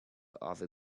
other